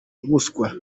ubuswa